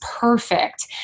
perfect